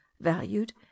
valued